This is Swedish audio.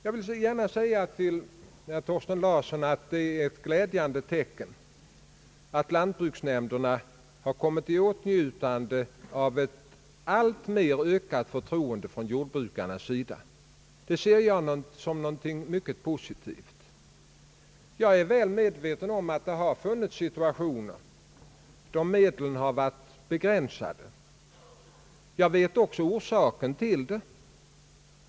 Jag vill gärna säga till herr Thorsten Larsson att det är ett glädjande tecken att lantbruksnämnderna har kommit i åtnjutande av ett alltmer ökat förtroende från jordbrukarnas sida. Det ser jag som något mycket positivt. Jag är väl medveten om att det har funnits situationer då medlen har varit begränsade. Jag vet också orsaken till det.